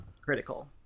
critical